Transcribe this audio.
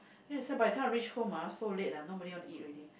then I say by the time I reach home ah so late lah nobody want to eat already